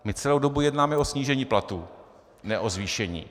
My celou dobu jednáme o snížení platů, ne o zvýšení.